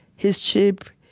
his shape,